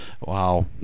Wow